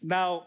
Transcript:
Now